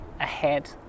ahead